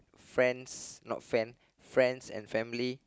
friends not friend friends and family